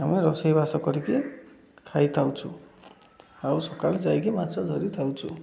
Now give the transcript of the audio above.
ଆମେ ରୋଷେଇ ବାସ କରିକି ଖାଇଥାଉଛୁ ଆଉ ସକାଳ ଯାଇକି ମାଛ ଧରିଥାଉଛୁ